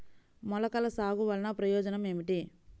మొలకల సాగు వలన ప్రయోజనం ఏమిటీ?